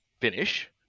finish